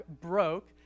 broke